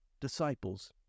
disciples